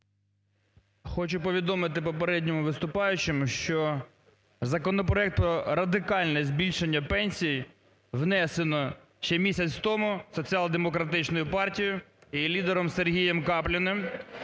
Хочу повідомити попередньому виступаючому, що законопроект про радикальне збільшення пенсій внесено ще місяць тому Соціал-демократичною партією і лідером Сергієм Капліним,